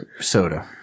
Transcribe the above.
soda